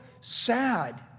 sad